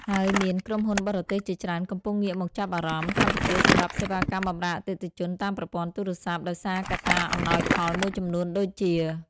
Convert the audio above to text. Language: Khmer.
ហើយមាន ក្រុមហ៊ុនបរទេសជាច្រើនកំពុងងាកមកចាប់អារម្មណ៍កម្ពុជាសម្រាប់សេវាកម្មបម្រើអតិថិជនតាមប្រព័ន្ធទូរស័ព្ទ ដោយសារកត្តាអំណោយផលមួយចំនួនដូចជា៖